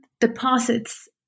deposits